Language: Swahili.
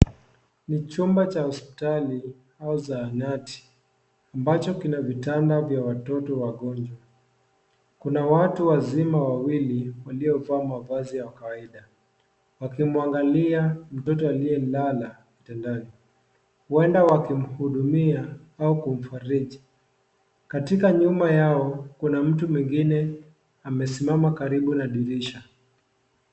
Ni chumba cha hospitali au zahanati ambacho kina vitanda vya watoto wagonjwa. Kuna watu wazima wawili waliovaa mavazi ya kawaida, wakimwangalia mtoto aliyelala kitandani, huenda wakimhudhumia au kumfariji. Katika nyuma yao, kuna mtu mwingine amesimama karibu na dirisha.